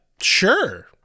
Sure